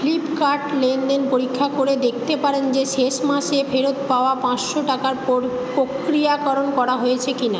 Flipkart লেনদেন পরীক্ষা করে দেখতে পারেন যে শেষ মাসে ফেরত পাওয়া পাঁচশো টাকার পোর প্রক্রিয়াকরণ করা হয়েছে কি না